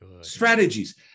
Strategies